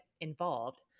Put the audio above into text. involved